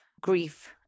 grief